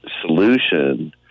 solution